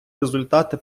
результати